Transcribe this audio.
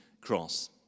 Cross